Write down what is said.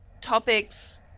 topics